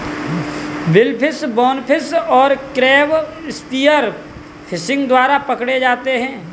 billfish, bonefish और crab spear fishing द्वारा पकड़े जाते हैं